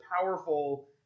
powerful